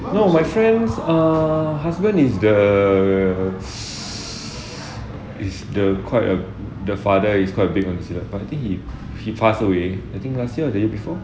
no my friends ah husband is the is the quite a the father is quite big on the silat but I think he he pass away I think last year or the year before